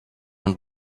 and